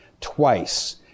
twice